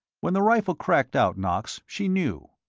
when the rifle cracked out, knox, she knew!